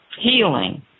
healing